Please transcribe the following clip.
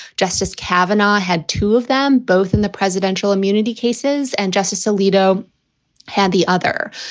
justice kavanaugh had two of them, both in the presidential immunity cases and justice alito had the other.